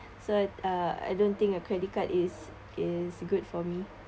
so uh I don't think a credit card is is good for me